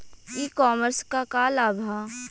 ई कॉमर्स क का लाभ ह?